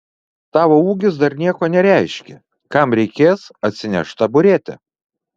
tavo ūgis dar nieko nereiškia kam reikės atsineš taburetę